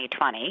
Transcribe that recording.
2020